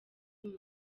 muntu